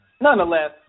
Nonetheless